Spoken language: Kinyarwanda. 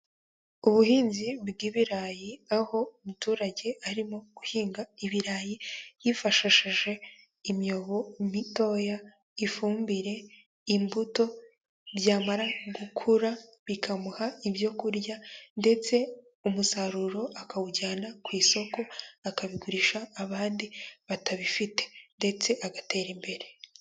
Ubuhinzi bw'ibirayi, aho umuturage arimo guhinga ibirayi yifashishije imyobo mitoya, ifumbire, imbuto byamara gukura bikamuha ibyo kurya ndetse umusaruro akawujyana ku isoko akabigurisha abandi batabifite ndetse agatera imbere.